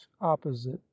opposite